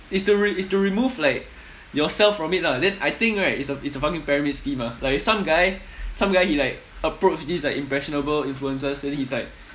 it's to re~ it's to remove like yourself from it lah then I think right it's a it's a fucking pyramid scheme ah like some guy some guy he like approach this like impressionable influencers then he's like